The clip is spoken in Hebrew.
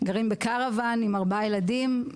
גרים בקרוואן עם ארבעה ילדים.